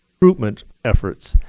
recruitment efforts.